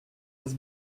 was